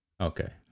Okay